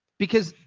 because,